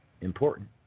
important